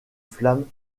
flammes